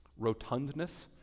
rotundness